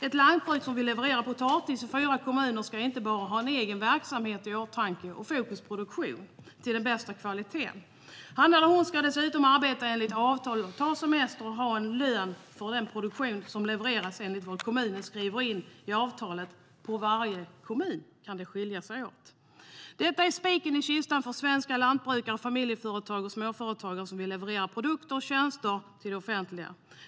Ett lantbruk som vill leverera potatis i fyra kommuner ska inte bara ha sin egen verksamhet i åtanke och fokus på en produkt av bästa kvalitet; han eller hon ska dessutom arbeta enligt avtal, ta semester samt ha en lön för den produkt som levereras enligt vad var och en kommun skriver in i avtalet. För varje kommun kan detta skilja sig åt. Detta är spiken i kistan för svenska lantbrukare, familjeföretag och småföretagare som vill leverera produkter och tjänster till det offentliga.